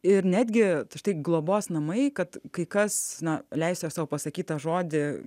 ir netgi tušti globos namai kad kai kas na leisiu sau pasakytą žodį